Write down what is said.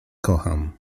kocham